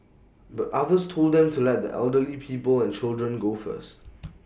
but others told them to let the elderly people and children go first